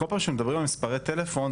כל פעם שמדברים על מספרי טלפון,